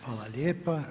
Hvala lijepa.